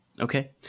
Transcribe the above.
Okay